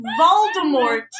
Voldemort